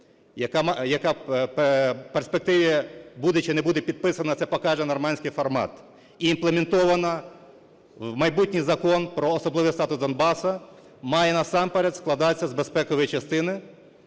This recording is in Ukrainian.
яка в перспективі буде чи не буде підписана, це покаже "нормандський формат", і імплементована в майбутній Закон про особливий статус Донбасу, має насамперед складатися з безпекової частини.